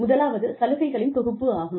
முதலாவது சலுகைகளின் தொகுப்பு ஆகும்